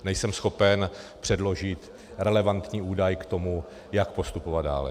Nejsem schopen předložit relevantní údaj k tomu, jak postupovat dále.